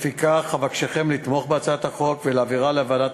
לפיכך אבקשכם לתמוך בהצעת החוק ולהעבירה לוועדת